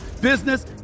business